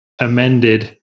amended